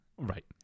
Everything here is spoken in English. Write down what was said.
Right